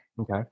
Okay